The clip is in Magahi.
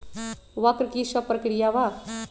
वक्र कि शव प्रकिया वा?